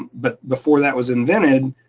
but before that was invented,